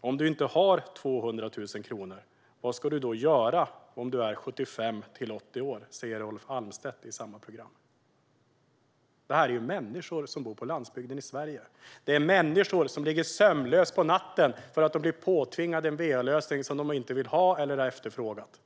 Om du inte har 200 000 kronor, vad ska du göra om du är 75-80 år? ", säger Rolf Almstedt. Detta är människor som bor på landsbygden i Sverige. Det är människor som ligger sömnlösa på natten för att de blir påtvingade en va-lösning som de inte vill ha eller har efterfrågat.